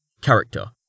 character